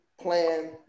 plan